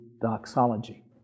doxology